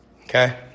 Okay